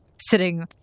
sitting